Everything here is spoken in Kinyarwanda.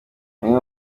bamwe